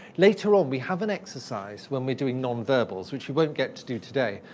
later on we have an exercise, when we're doing non-verbals, which we won't get to do today,